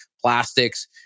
plastics